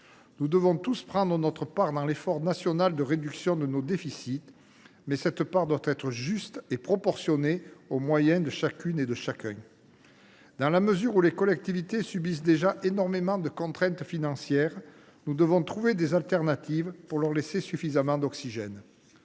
Nous devons tous prendre notre part à l’effort national de réduction de nos déficits, mais cette part doit être juste et proportionnée aux moyens de chacune et de chacun. Dans la mesure où les collectivités subissent déjà de nombreuses contraintes financières, il nous faut trouver des solutions leur ménageant suffisamment d’oxygène.